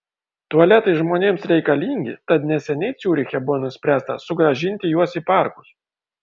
tualetai žmonėms reikalingi tad neseniai ciuriche buvo nuspręsta sugrąžinti juos į parkus